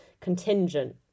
contingent